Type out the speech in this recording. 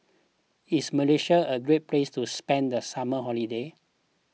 is Malaysia a great place to spend the summer holiday